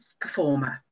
performer